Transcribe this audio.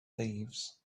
thieves